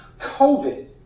COVID